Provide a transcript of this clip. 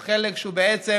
הוא חלק שבעצם